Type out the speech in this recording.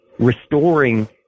restoring